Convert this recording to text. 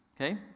Okay